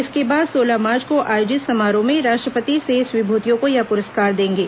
इसके बाद सोलह मार्च को आयोजित समारोह में राष्ट्रपति शेष विभूतियों को यह पुरस्कार देंगे